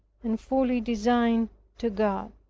and fully resigned to god.